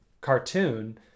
cartoon